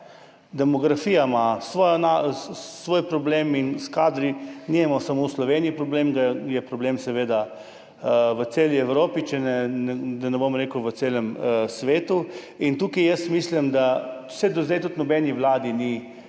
Demografija ima svoj problem in s kadri nimamo samo v Sloveniji problema, je problem seveda v celi Evropi, da ne bom rekel po celem svetu. Tukaj mislim, da do zdaj tudi nobeni vladi ni